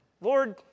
Lord